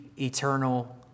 eternal